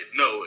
no